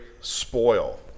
spoil